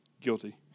Guilty